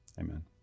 amen